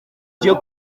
byo